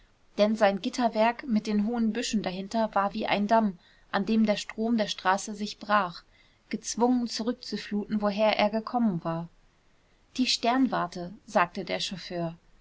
denn sein gitterwerk mit den hohen büschen dahinter war wie ein damm an dem der strom der straße sich brach gezwungen zurückzufluten woher er gekommen war die sternwarte sagte der chauffeur